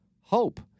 hope